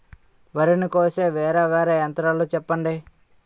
వరి ని కోసే వేరా వేరా యంత్రాలు చెప్పండి?